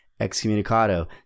excommunicado